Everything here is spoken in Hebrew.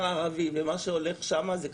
ומה שהולך שם זה קטסטרופה.